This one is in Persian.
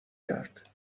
کرد